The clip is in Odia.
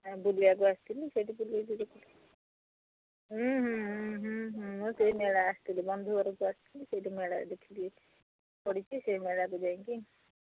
ବୁଲିବାକୁ ଆସିଥିଲି ସେଇଠି ବୁଲିବା ଦେଖି ମୁଁ ସେହି ମେଳା ଆସିଥିଲି ବନ୍ଧୁ ଘରକୁ ଆସିଥିଲି ସେଇଠି ମେଳା ଦେଖିକି ପଡ଼ିଛି ସେହି ମେଳାକୁ ଯାଇକି